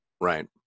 Right